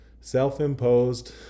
self-imposed